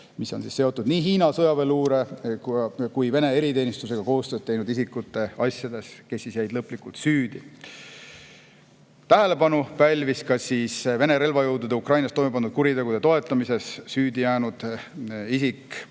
mis on seotud nii Hiina sõjaväeluure kui ka Vene eriteenistusega koostööd teinud isikute asjades, kes jäid lõplikult süüdi. Tähelepanu pälvis ka Vene relvajõudude Ukrainas toime pandud kuritegude toetamises süüdi jäänud isik,